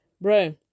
bro